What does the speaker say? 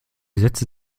sätze